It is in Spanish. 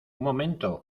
momento